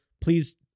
please